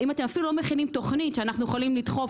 אם אתם אפילו לא מכינים תכנית שאנחנו יכולים לדחוף